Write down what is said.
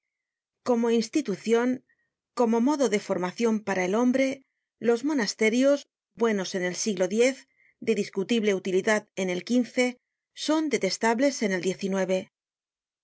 como institucion como modo de formacion para el hombre los monasterios buenos en el siglo x de discutible utilidad en el xv son detestables en el